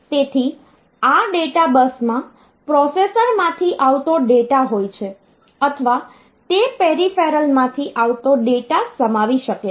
તેથી આ ડેટા બસમાં પ્રોસેસરમાંથી આવતો ડેટા હોય છે અથવા તે પેરિફેરલમાંથી આવતો ડેટા સમાવી શકે છે